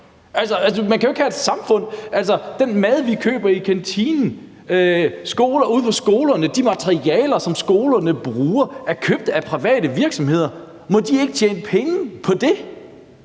Altså, man kan jo ellers ikke have et samfund. Den mad, vi køber i kantinen, og de materialer, som de bruger ude på skolerne, er købt af private virksomheder. Må de ikke tjene penge på det?